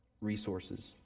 resources